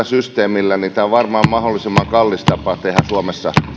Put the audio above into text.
systeemi on varmaan mahdollisimman kallis tapa tehdä suomessa